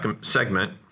segment